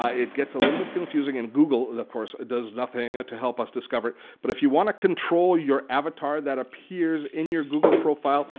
ah it gets a little bit confusing and google of course does nothing to help us discover it. but if you want to control your avatar that appears in your google profile,